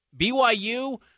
BYU